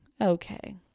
okay